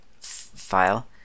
file